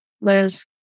Liz